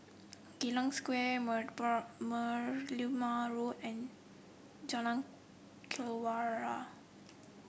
Geylang Square Merlimau Road and Jalan Kelawar